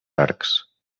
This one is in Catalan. arcs